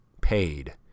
paid